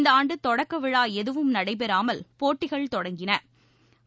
இந்தஆண்டுதொடக்கவிழாஎதுவும் நடைபெறாமல் போட்டிகள் தொடங்கியது